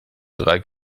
drei